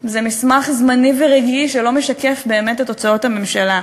זה מסמך זמני ורגעי שלא משקף באמת את הוצאות הממשלה.